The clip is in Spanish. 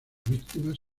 víctimas